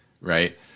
right